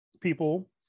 people